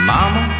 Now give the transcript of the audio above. Mama